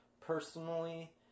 personally